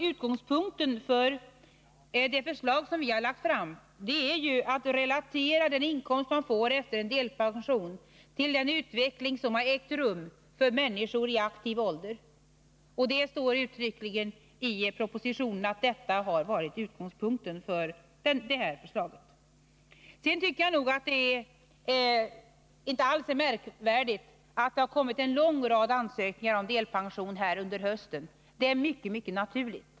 Utgångspunkten för det förslag som vi har lagt fram är ju att relatera den inkomst man får efter en delpension till den utveckling som har ägt rum för människor i aktiv ålder. Det står också uttryckligen i propositionen. Jag tycker inte att det alls är märkvärdigt att det har kommit en lång rad ansökningar om delpension under hösten. Tvärtom är det mycket naturligt.